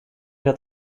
dat